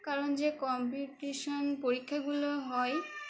কারণ যে কম্পিটিশন পরীক্ষাগুলো হয়